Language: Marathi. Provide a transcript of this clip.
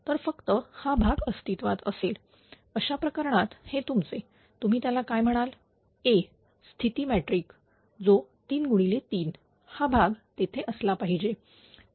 तर फक्त हा भाग अस्तित्वात असेल अशा प्रकरणात हे तुमचे तुम्ही त्याला काय म्हणाल A स्थिती मॅट्रिक जो 3 गुणिले 3 हा भाग तेथें असला पाहिजे